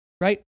right